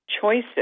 choices